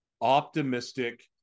optimistic